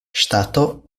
ŝtato